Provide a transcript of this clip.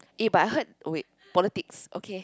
eh but I heard oh wait politics okay